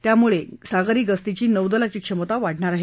त्यामुळे सागरी गस्तीची नौदलाची क्षमता वाढणार आहे